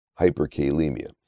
hyperkalemia